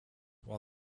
while